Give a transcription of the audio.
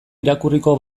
irakurriko